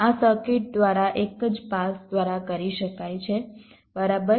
આ સર્કિટ દ્વારા એક જ પાસ દ્વારા કરી શકાય છે બરાબર